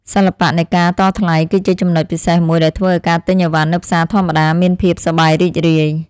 សិល្បៈនៃការតថ្លៃគឺជាចំណុចពិសេសមួយដែលធ្វើឱ្យការទិញអីវ៉ាន់នៅផ្សារធម្មតាមានភាពសប្បាយរីករាយ។